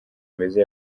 meza